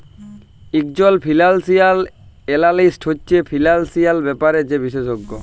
ইকজল financial analyst হছে financial ব্যাপারে যে বিশেষজ্ঞ